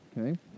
okay